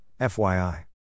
FYI